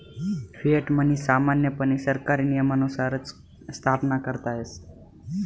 fiat money सामान्यपणे सरकारी नियमानुसारच स्थापन करता येस